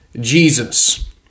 Jesus